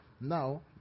now